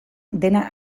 dena